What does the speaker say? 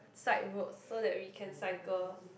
side roads so that we can cycle